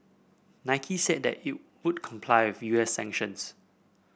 Nike said that it would comply with U S sanctions